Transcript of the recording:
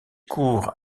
courts